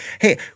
Hey